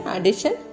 Addition